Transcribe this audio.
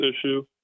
issue